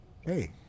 Hey